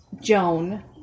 Joan